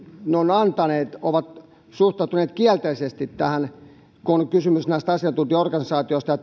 antaneet ovat suhtautuneet kielteisesti tähän kun on kysymys asiantuntijaorganisaatioista ja